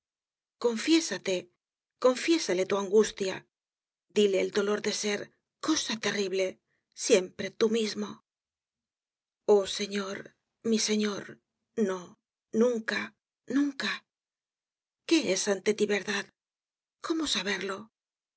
confiésate confiésale tu angustia díle el dolor de ser cosa terrible siempre tú mismo oh señor mi señor no nunca nunca qué es ante tí verdad cómo saberlo mejor